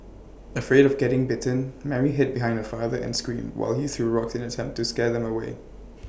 afraid of getting bitten Mary hid behind her father and screamed while he threw rocks in an attempt to scare them away